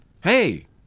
hey